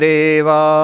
Deva